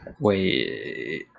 Wait